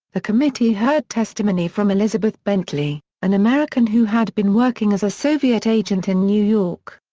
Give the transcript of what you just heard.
the committee heard testimony from elizabeth bentley, an american who had been working as a soviet agent in new york.